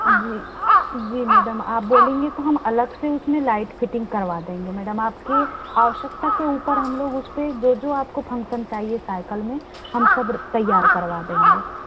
जी जी मैडम आप बोलेंगे तो हम अलग से उस में लाइट फ़िटिंग करवा देंगे मैडम आपकी आवश्यकता के ऊपर हम लोग उस पर जो जो आपको फंक्सन चाहिए साईकल में हम सब तैयार करवा देंगे